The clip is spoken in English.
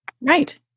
Right